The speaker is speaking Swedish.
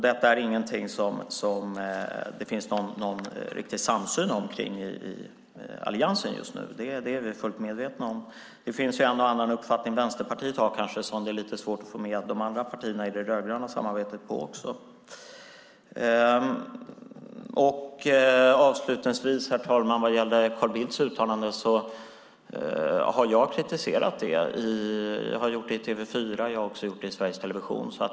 Detta är ingenting som det finns någon riktig samsyn kring i Alliansen just nu; det är vi fullt medvetna om. Det finns kanske en och annan uppfattning som Vänsterpartiet har som det är lite svårt att få med de andra partierna i det rödgröna samarbetet på också. Avslutningsvis, herr talman, har jag vad gäller Carl Bildts uttalande kritiserat det både i TV4 och i Sveriges Television.